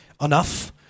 enough